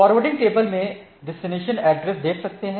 forwarding table में destination address देख सकते हैं